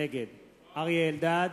נגד אריה אלדד,